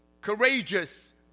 courageous